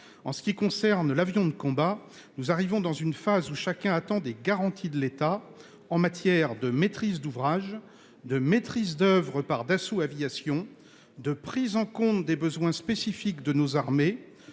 En ce qui concerne l'avion de combat, nous arrivons à une phase où chacun attend des garanties de l'État en matière de maîtrise d'ouvrage, de maîtrise d'oeuvre par Dassault Aviation, de prise en compte des besoins spécifiques de nos armées,